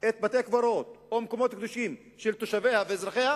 בתי-קברות או מקומות קדושים של תושביה ואזרחיה,